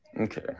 Okay